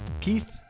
Keith